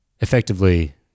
Effectively